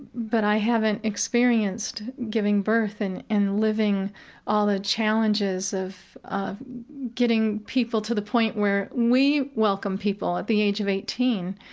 but i haven't experienced giving birth and and living all the challenges of of getting people to the point where we welcome people at the age of eighteen,